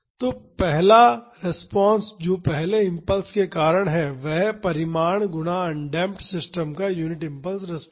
तो पहला रिस्पांस जो इस पहले इम्पल्स के कारण है वह है परिमाण गुणा अनडेम्प्ड सिस्टम का यूनिट इम्पल्स रिस्पांस